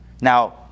Now